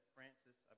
Francis